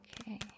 okay